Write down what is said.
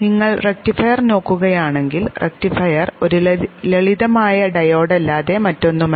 നിങ്ങൾ റക്റ്റിഫയർ നോക്കുകയാണെങ്കിൽ റക്റ്റിഫയർ ഒരു ലളിതമായ ഡയോഡല്ലാതെ മറ്റൊന്നുമല്ല